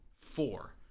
four